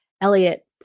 Elliot